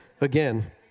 again